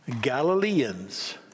Galileans